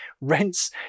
rents